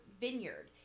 vineyard